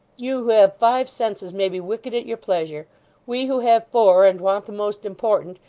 you who have five senses may be wicked at your pleasure we who have four, and want the most important,